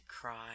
cry